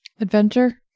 adventure